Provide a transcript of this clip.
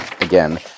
Again